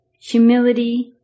humility